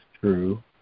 true